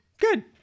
good